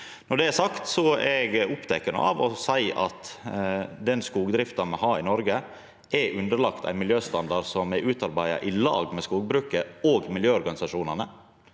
Når det er sagt, er eg oppteken av å seia at den skogdrifta me har i Noreg, er underlagt ein miljøstandard som er utarbeidd i lag med skogbruket og miljøorganisasjonane.